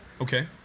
Okay